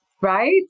right